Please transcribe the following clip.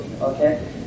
okay